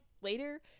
later